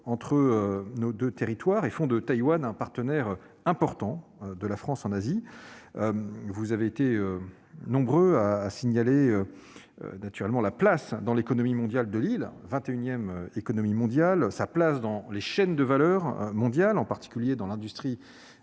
entre nos deux territoires, qui font de Taïwan un partenaire important de la France en Asie. Vous avez été nombreux à signaler la place dans l'économie mondiale de l'île- vingt et unième économie mondiale -, sa place dans les chaînes de valeur mondiales, en particulier dans l'industrie